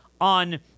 On